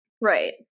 right